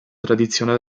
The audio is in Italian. tradizione